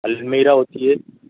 المیراہ ہوتی ہے